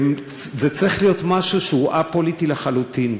זה צריך להיות משהו שהוא א-פוליטי לחלוטין,